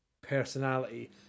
personality